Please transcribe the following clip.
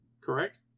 Correct